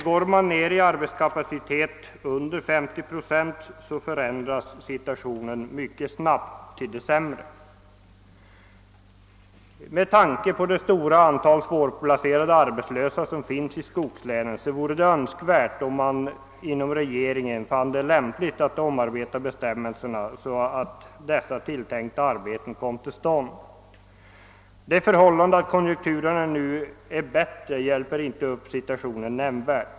Går man ned i arbetskapacitet under 50 procent förändras situationen mycket snabbt till det sämre. Med tanke på det stora antal svårplacerade arbetslösa som finns i skogslänen vore det önsk värt att man inom regeringen funne det lämpligt att omarbeta bestämmelserna, så att de tilltänkta arbetena komme till stånd. Det förhållandet att konjunkturerna nu är bättre hjälper inte upp situationen nämnvärt.